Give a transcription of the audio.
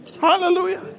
Hallelujah